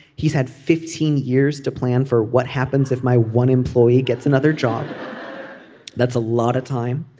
he's had fifteen years to plan for what happens if my one employee gets another job that's a lot of time